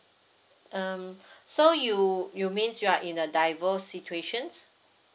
um so you you means you are in the divorce situations